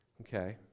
okay